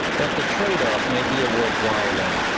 but the trade-off may be a worthwhile one,